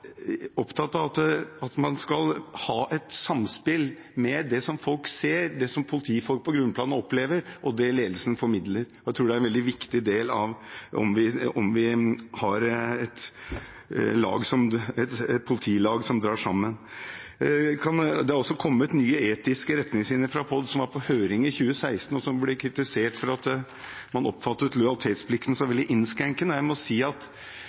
opptatt av at det skal være et samspill mellom det folk ser, det politifolk på grunnplanet opplever, og det ledelsen formidler. Jeg tror det er en veldig viktig del av det, å ha et politilag som drar sammen. Det er også kommet nye etiske retningslinjer fra POD, som var på høring i 2016, og som ble kritisert for at man oppfattet lojalitetsplikten som veldig innskrenkende. Jeg må si at